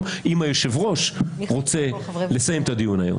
אם היושב-ראש רוצה לסיים את הדיון היום.